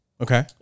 Okay